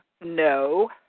No